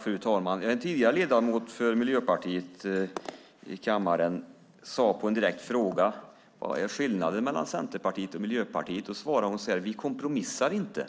Fru talman! När en tidigare ledamot i kammaren för Miljöpartiet fick en direkt fråga om skillnaden mellan Centerpartiet och Miljöpartiet svarade hon: Vi kompromissar inte.